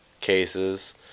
cases